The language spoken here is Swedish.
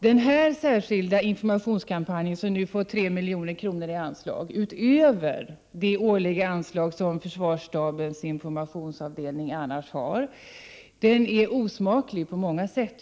Den särskilda informationskampanj som nu fått 3 milj.kr. i anslag, utöver det årliga anslag som försvarsstabens informationsavdelning annars har, är osmaklig på många sätt.